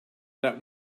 that